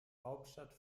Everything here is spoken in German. hauptstadt